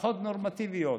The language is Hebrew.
משפחות נורמטיביות,